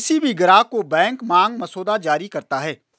किसी भी ग्राहक को बैंक मांग मसौदा जारी करता है